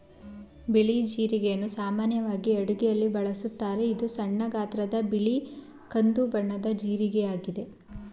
ಬಿಳಿ ಜೀರಿಗೆಯನ್ನು ಸಾಮಾನ್ಯವಾಗಿ ಅಡುಗೆಯಲ್ಲಿ ಬಳಸುತ್ತಾರೆ, ಇದು ಸಣ್ಣ ಗಾತ್ರದ ಬಿಳಿ ಕಂದು ಬಣ್ಣದ ಜೀರಿಗೆಯಾಗಿದೆ